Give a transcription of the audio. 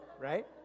Right